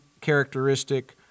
characteristic